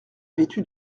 vêtus